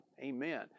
Amen